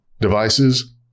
devices